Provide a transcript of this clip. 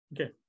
Okay